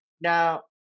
Now